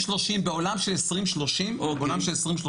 בעולם של 2030,